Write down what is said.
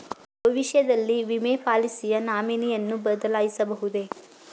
ಭವಿಷ್ಯದಲ್ಲಿ ವಿಮೆ ಪಾಲಿಸಿಯ ನಾಮಿನಿಯನ್ನು ಬದಲಾಯಿಸಬಹುದೇ?